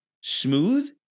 smooth